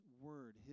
word